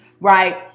right